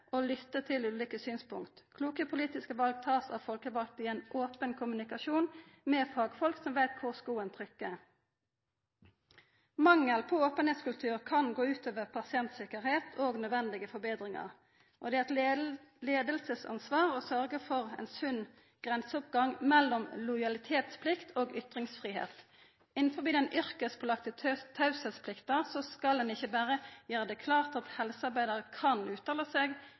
og lytta til ulike synspunkt. Kloke politiske val blir gjorde av folkevalde i ein open kommunikasjon med fagfolk som veit kvar skoen trykkjer. Mangel på ein openheitskultur kan gå ut over pasienttryggleik og nødvendige forbetringar. Leiarane har ansvar for å sørgja for ein sunn grenseoppgang mellom lojalitetsplikt og ytringsfridom. Innanfor den yrkespålagde teieplikta skal ein ikkje berre gjera det klart at helsearbeidarar kan uttala seg